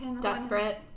Desperate